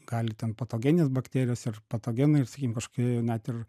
gali ten patogeninės bakterijos ir patogenai ir sakykim kažkokie net ir